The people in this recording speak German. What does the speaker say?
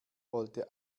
wollte